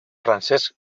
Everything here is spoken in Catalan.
francesc